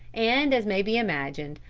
and as may be imagined,